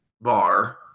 bar